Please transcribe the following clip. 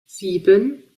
sieben